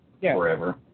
forever